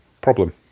problem